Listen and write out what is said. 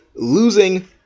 Losing